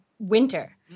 winter